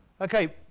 Okay